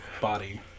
body